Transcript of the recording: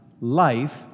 life